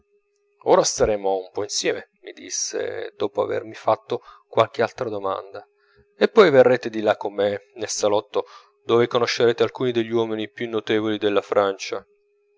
ora staremo un po insieme mi disse dopo avermi fatto qualche altra domanda e poi verrete di là con me nel salotto dove conoscerete alcuni degli uomini più notevoli della francia